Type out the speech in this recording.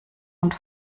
und